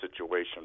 situation